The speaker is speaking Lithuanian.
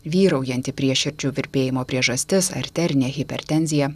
vyraujanti prieširdžių virpėjimo priežastis arterinė hipertenzija